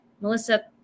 Melissa